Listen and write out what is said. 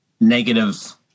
negative